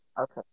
Okay